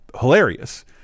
hilarious